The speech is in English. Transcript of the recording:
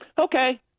okay